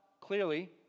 clearly